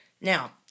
Now